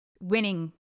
winning